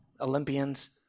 Olympians